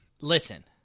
Listen